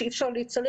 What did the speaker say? שאי אפשר להתעלם,